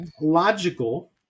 logical